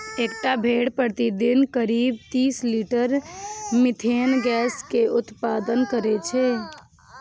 एकटा भेड़ प्रतिदिन करीब तीस लीटर मिथेन गैस के उत्पादन करै छै